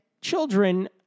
children